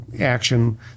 action